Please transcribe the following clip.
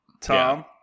tom